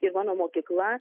ir mano mokykla